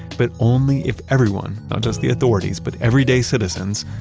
but only if everyone, not just the authorities, but everyday citizens,